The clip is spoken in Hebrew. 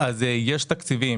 מענקים שוטפים,